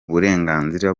uburenganzira